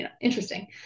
interesting